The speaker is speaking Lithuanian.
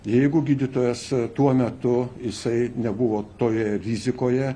jeigu gydytojas tuo metu jisai nebuvo toje rizikoje